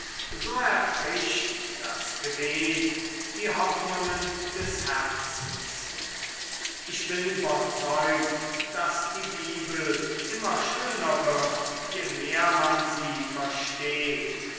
so erfrischet das gebet die hoffnungen des herzens ich bin überzeugt daß die bibel immer schöner wird je mehr man sie versteht